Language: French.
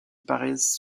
paraissent